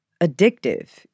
addictive